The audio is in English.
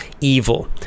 evil